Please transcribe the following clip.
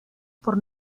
por